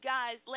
Guys